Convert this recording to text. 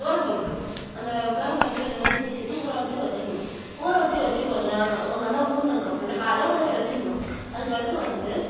துவரம்பருப்பு அந்த துவரம் பருப்பு மூணுத்தையும் சேர்த்து ஊறவச்சு வச்சுட்ணும் ஊறவச்சு வச்சு கொஞ்சம் நாள் நல்லா ஊறினத்துக்கு அப்புறம் வந்து காலையில் ஊறவச்சு வச்சுட்ணும் அதுக்கு அடுத்து வந்து